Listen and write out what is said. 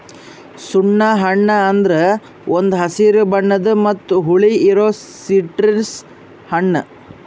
ಸುಣ್ಣ ಹಣ್ಣ ಅಂದುರ್ ಇದು ಒಂದ್ ಹಸಿರು ಬಣ್ಣದ್ ಮತ್ತ ಹುಳಿ ಇರೋ ಸಿಟ್ರಸ್ ಹಣ್ಣ